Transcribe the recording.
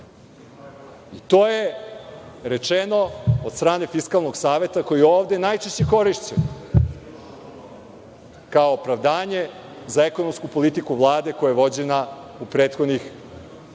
To je rečeno od strane Fiskalnog saveta, koji je ovde najčešće korišćen, kao opravdanje za ekonomsku politiku Vlade koja je vođena u prethodnih četiri,